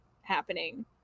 happening